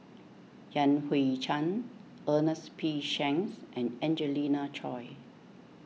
Yan Hui Chang Ernest P Shanks and Angelina Choy